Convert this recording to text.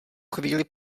chvíli